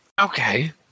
Okay